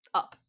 up